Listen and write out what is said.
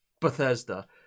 Bethesda